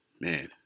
Man